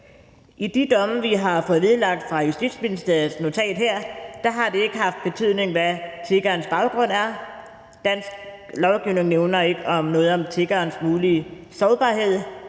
I de domme, vi har fået vedlagt i Justitsministeriets notat her, har det ikke haft betydning, hvad tiggerens baggrund er. Dansk lovgivning nævner ikke noget om tiggerens mulige sårbarhed,